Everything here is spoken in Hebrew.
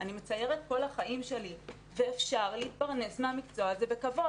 אני מציירת כל החיים שלי ואפשר להתפרנס מהמקצוע הזה בכבוד.